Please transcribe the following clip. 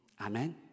Amen